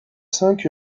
cinq